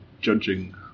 judging